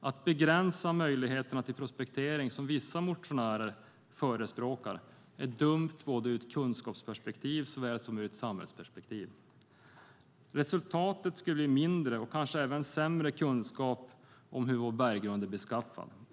Att begränsa möjligheterna till prospektering, vilket vissa motionärer förespråkar, är dumt både ur ett kunskapsperspektiv och i ett samhällsperspektiv. Resultatet skulle bli mindre och kanske även sämre kunskap om hur vår berggrund är beskaffad.